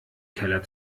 keller